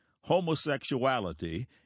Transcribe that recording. homosexuality